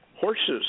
horses